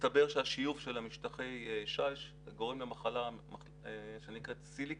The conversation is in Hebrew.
מסתבר שהשיוף של משטחי השיש גורם למחלה שנקראת סיליקה,